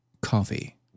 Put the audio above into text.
coffee